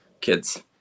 kids